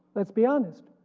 let's be honest